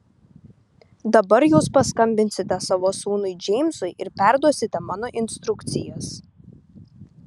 dabar jūs paskambinsite savo sūnui džeimsui ir perduosite mano instrukcijas